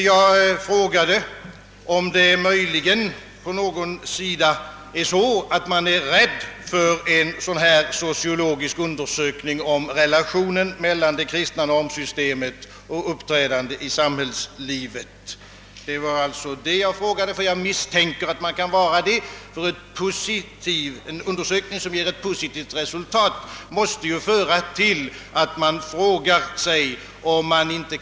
Jag frågade, om man möjligen på någon sida är rädd för en sociologisk undersökning om relationen mellan det kristna normsystemet och uppträdandet i samhällslivet. Jag frågade om detta, eftersom jag misstänker, att man möjligen är rädd. En undersökning, som ger ett positivt resultat, måste föra till att man frågar sig, om inte resultatet.